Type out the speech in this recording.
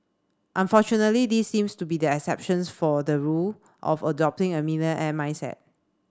unfortunately these seems to be the exceptions for the rule of adopting a millionaire mindset